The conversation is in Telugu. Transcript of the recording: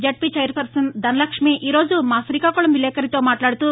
జడ్పీ ఛైర్మ్న్ ధనలక్ష్మీ ఈరోజు మా శ్రీకాకుళం విలేకరితో మాట్లాడుతూ